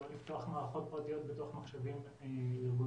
לא לפתוח מערכות פרטיות בתוך מחשבים ארגוניים.